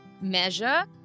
measure